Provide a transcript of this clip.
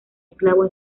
esclavos